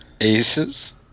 Aces